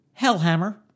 Hellhammer